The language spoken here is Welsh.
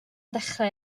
dechrau